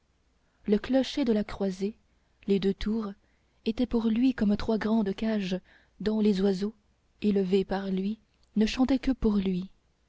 le clocher de la croisée les deux tours étaient pour lui comme trois grandes cages dont les oiseaux élevés par lui ne chantaient que pour lui